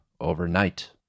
overnight